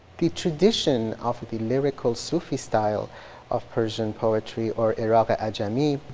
the tradition of the lyrical sufi style of persian poetry or iraq-i ajami,